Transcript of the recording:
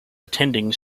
attending